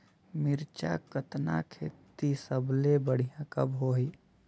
मिरचा कतना खेती सबले बढ़िया कब होही?